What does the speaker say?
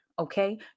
okay